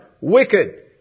Wicked